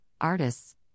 artists